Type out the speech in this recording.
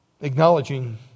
acknowledging